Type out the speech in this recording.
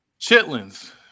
chitlins